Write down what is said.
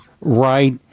right